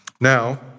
Now